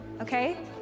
okay